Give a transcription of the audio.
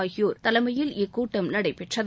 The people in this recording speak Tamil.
ஆகியோர் தலைமையில் இக்கூட்டம் நடைபெற்றது